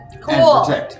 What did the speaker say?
Cool